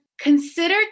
Consider